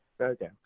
Okay